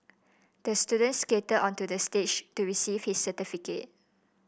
the student skated onto the stage to receive his certificate